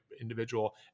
individual